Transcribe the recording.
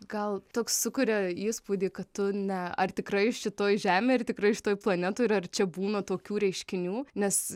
gal toks sukuria įspūdį kad tu ne ar tikrai šitoj žemėj ir tikrai šitoj planetoj ir ar čia būna tokių reiškinių nes